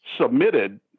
submitted